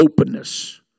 openness